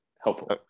helpful